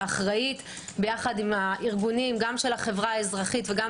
האחראית ביחד עם הארגונים גם של החברה האזרחית וגם